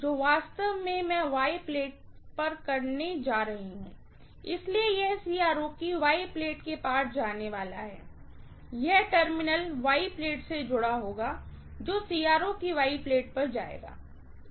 तो वास्तव में मैं Y प्लेट के पार क्या करने जा रही हूँ इसलिए यह CRO की वाई प्लेट के पार जाने वाला है यह टर्मिनल Y प्लेट से जुड़ा होगा जो CRO की वाई प्लेट पर जाएगा